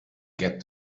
get